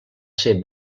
ser